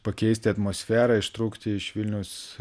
pakeisti atmosferą ištrūkti iš vilnius